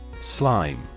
Slime